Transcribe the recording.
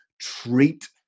treat